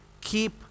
Keep